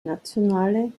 nationale